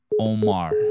Omar